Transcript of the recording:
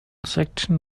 section